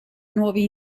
nuovi